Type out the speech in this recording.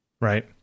right